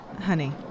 Honey